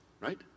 right